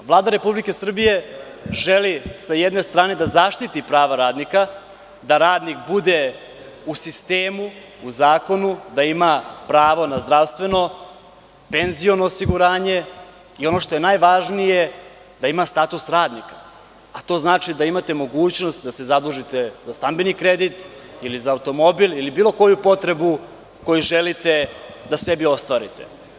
Vlada Republike Srbije želi sa jedne strane da zaštiti prava radnika, da radnik bude u sistemu, u zakonu, da ima prava na zdravstveno, penziono osiguranje i ono što je najvažnije da ima status radnika, a to znači da imate mogućnost da se zadužite za stambeni kredit ili za automobil ili bilo koju potrebu koju želite da sebi ostvarite.